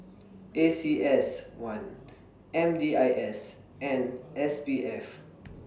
A C S one M D I S and S P F